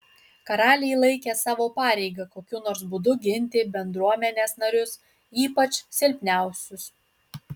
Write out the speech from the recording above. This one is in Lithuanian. karaliai laikė savo pareiga kokiu nors būdu ginti bendruomenės narius ypač silpniausius